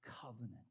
covenant